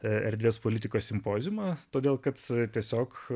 erdvės politikos simpoziumą todėl kad tiesiog